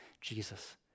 Jesus